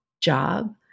job